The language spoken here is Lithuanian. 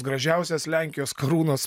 gražiausias lenkijos karūnos